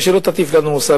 ושלא תטיף לנו מוסר,